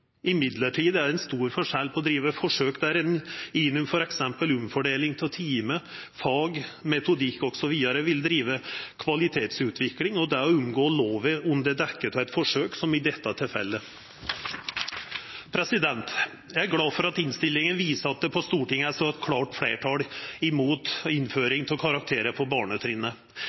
Imidlertid er det en stor forskjell på å drive forsøk der en gjennom f.eks. omfordeling av timer, fag, metodikk osv. vil drive kvalitetsutvikling, og det å omgå loven under dekke av et forsøk – som i dette tilfellet. Jeg er glad for at innstillingen viser at det på Stortinget er et så klart flertall mot innføring av karakterer på barnetrinnet.